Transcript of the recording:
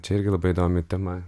čia irgi labai įdomi tema